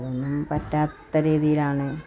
അപ്പോൾ അതൊന്നും പറ്റാത്ത രീതിയിലാണ്